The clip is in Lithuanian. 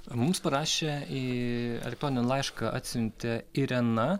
mums parašė į elektroninį laišką atsiuntė irena